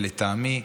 ולטעמי,